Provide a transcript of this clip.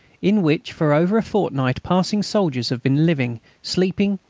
in which for over a fortnight passing soldiers have been living, sleeping,